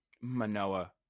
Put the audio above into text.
Manoa